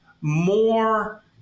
more